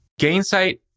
Gainsight